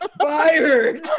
fired